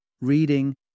reading